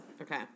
Okay